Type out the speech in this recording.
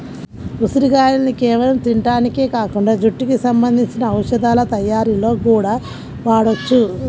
ఉసిరిగాయల్ని కేవలం తింటానికే కాకుండా జుట్టుకి సంబంధించిన ఔషధాల తయ్యారీలో గూడా వాడొచ్చు